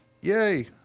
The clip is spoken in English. yay